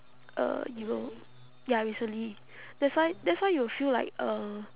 uh you will ya recently that's why that's why you will feel like uh